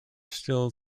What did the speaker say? still